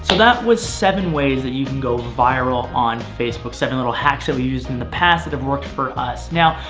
and was seven ways that you can go viral on facebook seven little hacks that we've used in the past that have worked for us now,